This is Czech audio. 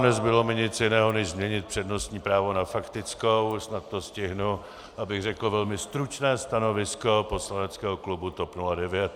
Nezbylo mi nic jiného, než změnit přednostní právo na faktickou, snad to stihnu, abych řekl velmi stručné stanovisko poslaneckého klubu TOP 09.